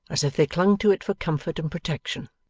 as if they clung to it for comfort and protection.